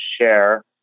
share